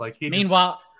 Meanwhile